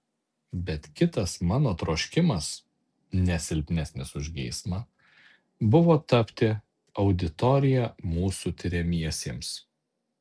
bet kitas mano troškimas ne silpnesnis už geismą buvo tapti auditorija mūsų tiriamiesiems